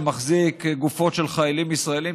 שמחזיק גופות של חיילים ישראלים,